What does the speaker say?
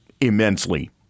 immensely